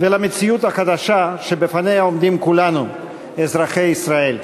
ולמציאות החדשה שבפניה עומדים כולנו, אזרחי ישראל.